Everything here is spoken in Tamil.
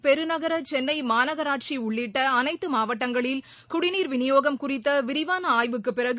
பெருநகர சென்னை மாநகராட்சி உள்ளிட்ட அனைத்து மாவட்டங்களில் குடிநீர் விநியோகம் குறித்த விரிவான ஆய்வுக்குப் பிறகு